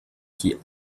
qui